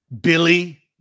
billy